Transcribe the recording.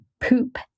poop